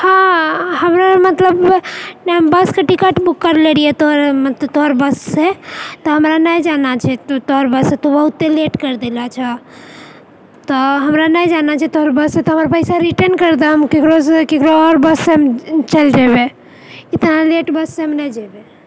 हाँ हमरो मतलब बस कऽ टिकट बुक करले रहियै तोर मत तोहर बस से तऽ हमरा नइँ जाना छै तोहर बस से तू बहुते लेट करि देलऽ छऽ तऽ हमरा नइँ जाना छै तोहर बस से तूँ हमर पइसा रिटर्न करि दए हम केकरोसँ केकरो आओर बस से हम चलि जेबै इतना लेट बस से हम नइँ जेबै